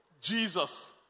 Jesus